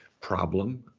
problem